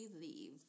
leave